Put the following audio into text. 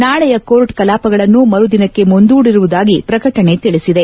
ನಾಳೆಯ ಕೋರ್ಟ್ ಕಲಾಪಗಳನ್ನು ಮರು ದಿನಕ್ಕೆ ಮುಂದೂಡಿರುವುದಾಗಿ ಪ್ರಕಟಣೆ ತಿಳಿಸಿದೆ